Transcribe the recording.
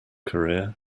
career